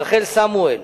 רחל סמואל,